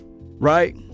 right